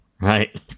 right